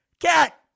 Cat